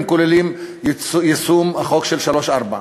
אם כוללים את יישום החוק לבני שלוש-ארבע.